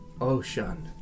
Ocean